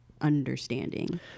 understanding